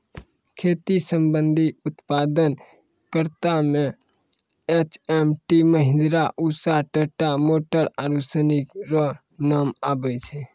खेती संबंधी उप्तादन करता मे एच.एम.टी, महीन्द्रा, उसा, टाटा मोटर आरु सनी रो नाम आबै छै